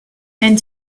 and